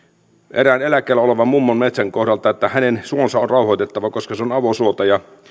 erään eläkkeellä olevan mummon metsän kohdalta että tämän suo on rauhoitettava koska se on avosuota ja